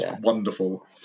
wonderful